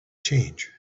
change